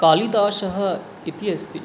कालिदासः इति अस्ति